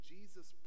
Jesus